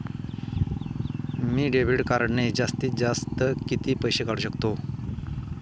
मी debit कार्डने जास्तीत जास्त किती पैसे काढू शकतो?